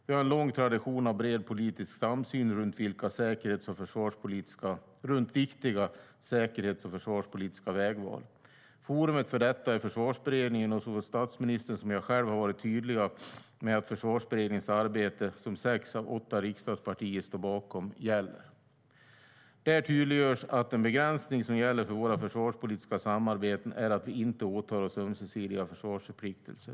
Vi har en lång tradition av bred politisk samsyn runt viktiga säkerhets och försvarspolitiska vägval. Forumet för detta är Försvarsberedningen, och såväl statsministern som jag själv har varit tydliga med att Försvarsberedningens arbete, som sex av åtta riksdagspartier står bakom, gäller. Där tydliggörs att en begränsning som gäller för våra försvarspolitiska samarbeten är att vi inte åtar oss ömsesidiga försvarsförpliktelser.